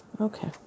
Okay